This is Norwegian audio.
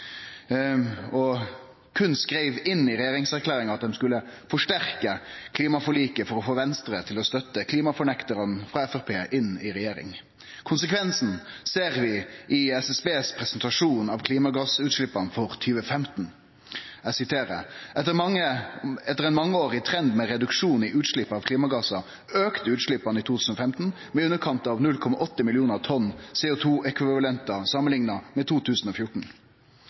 og berre skreiv inn i regjeringserklæringa at dei skulle forsterke klimaforliket for å få Venstre til å støtte klimafornektarane frå Framstegspartiet i regjering. Konsekvensen ser vi i SSBs presentasjon av klimagassutsleppa for 2015. Eg siterer: «Etter en mangeårig trend med reduksjon i utslipp av klimagasser, økte utslippene i 2015 med i underkant av 0,8 millioner tonn CO 2 -ekvivalenter sammenlignet med 2014.»